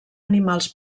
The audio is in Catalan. animals